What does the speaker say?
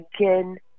again